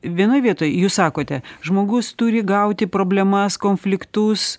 vienoj vietoj jūs sakote žmogus turi gauti problemas konfliktus